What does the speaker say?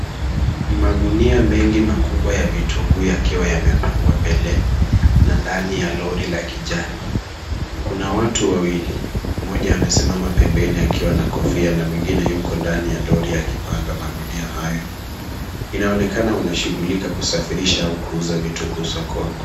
Magunia mengi makubwa ya vitunguu yakiwa yamepangwa mbele na ndani ya lori la kijani. Kuna watu wawili,,mmoja amesimama pembeni akiwa na kofia na mwingine yuko ndani ya lori akipanga magunia haya. Inaonekana wanashughulika kusafirisha au kuuza vitunguu sokoni.